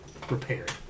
prepared